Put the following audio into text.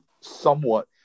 somewhat